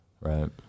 Right